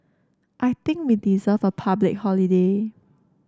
I think we deserve a public holiday